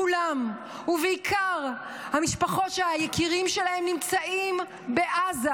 כולם ובעיקר המשפחות שהיקירים שלהן נמצאים בעזה,